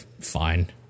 fine